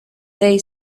they